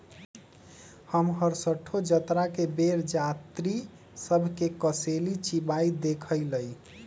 हम हरसठ्ठो जतरा के बेर जात्रि सभ के कसेली चिबाइत देखइलइ